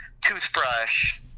toothbrush